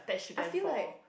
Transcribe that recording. I feel like